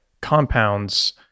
compounds